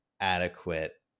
adequate